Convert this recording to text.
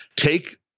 Take